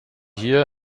hier